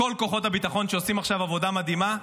כל כוחות הביטחון, שעושים עכשיו עבודה מדהימה.